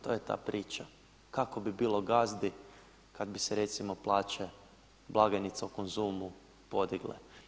To je ta priča, kako bi bilo gazdi kad bi se recimo plaće blagajnica u Konzumu podigle.